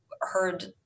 heard